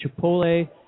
chipotle